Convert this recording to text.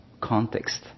context